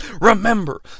Remember